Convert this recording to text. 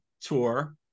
tour